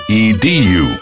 edu